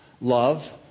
love